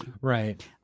Right